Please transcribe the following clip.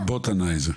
זה הבוט ענה את זה.